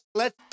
let